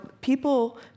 people